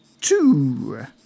two